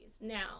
now